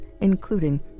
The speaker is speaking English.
including